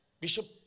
Bishop